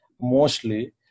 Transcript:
mostly